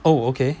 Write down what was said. oh okay